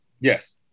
Yes